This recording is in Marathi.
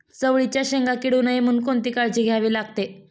चवळीच्या शेंगा किडू नये म्हणून कोणती काळजी घ्यावी लागते?